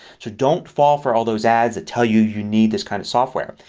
so don't fall for all those ads that tell you you need this kind of software.